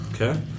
Okay